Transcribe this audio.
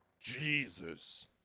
jesus